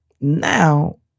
now